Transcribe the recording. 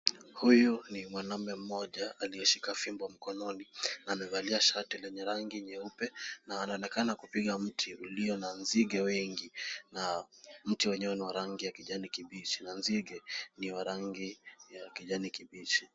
Huyu ni mwanaume mmoja aliyeshika fimbo mkononi, amevalia shati la rangi nyeupe, na anaonekana akipiga mti ulio na nzige wengi. Mti huo ni wa rangi ya kijani kibichi, na nzige hao pia ni wa rangi ya kijani kibichi.